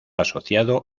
asociado